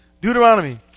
Deuteronomy